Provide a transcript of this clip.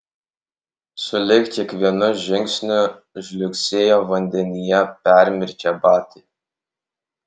sulig kiekvienu žingsniu žliugsėjo vandenyje permirkę batai